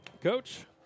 Coach